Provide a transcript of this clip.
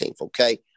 okay